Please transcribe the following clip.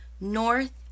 north